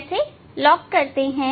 कैसे लॉक करते हैं